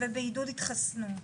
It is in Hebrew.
ובעידוד התחסנות,